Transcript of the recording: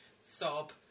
sob